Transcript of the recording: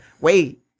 wait